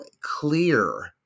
clear